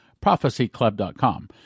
prophecyclub.com